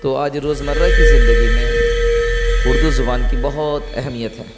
تو آج روزمرہ کی زندگی میں اردو زبان کی بہت اہمیت ہے